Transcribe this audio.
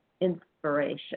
inspiration